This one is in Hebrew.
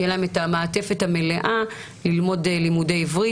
תהיה להם את המעטפת המלאה ללמוד לימודי עברית.